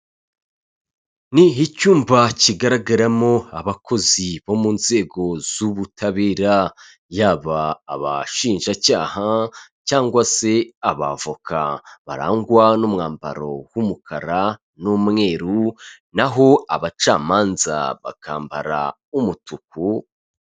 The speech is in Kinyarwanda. Ni icyumba kigaragaramo abakozi bo mu nzego z'ubutabera, yaba abashinjacyaha, cyangwa se abavoka. Barangwa n'umwambaro w'umukara n'umweru, na ho abacamanza bakambara umutuku.